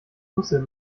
rüssel